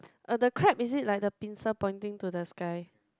uh the crab is it like the pincer pointing to the sky